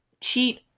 cheat